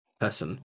person